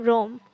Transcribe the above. Rome